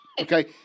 okay